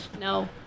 no